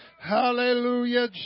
Hallelujah